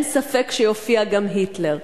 אין ספק שיופיע גם 'היטלר'".